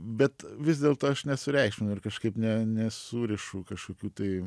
bet vis dėlto aš nesureikšminu ir kažkaip ne nesurišu kažkokių tai